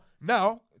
now